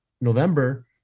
November